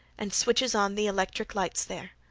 and switches on the electric lights there.